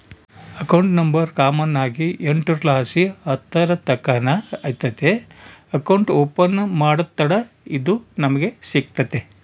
account number common ಆಗಿ ಎಂಟುರ್ಲಾಸಿ ಹತ್ತುರ್ತಕನ ಇರ್ತತೆ ಅಕೌಂಟ್ ಓಪನ್ ಮಾಡತ್ತಡ ಇದು ನಮಿಗೆ ಸಿಗ್ತತೆ